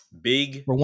Big